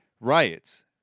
riots